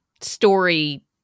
story